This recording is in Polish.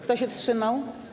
Kto się wstrzymał?